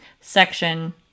Section